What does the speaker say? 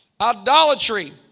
Idolatry